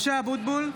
משה אבוטבול,